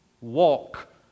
walk